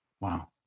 Wow